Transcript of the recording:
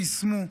ויישמו,